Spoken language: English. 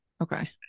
Okay